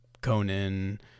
Conan